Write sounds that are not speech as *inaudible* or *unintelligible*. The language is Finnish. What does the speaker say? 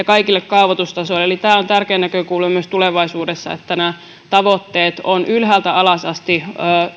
*unintelligible* kaikille kaavoitustasoille eli tämä on tärkeä näkökulma myös tulevaisuudessa että nämä tavoitteet ovat ylhäältä alas asti